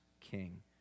king